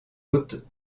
autres